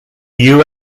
you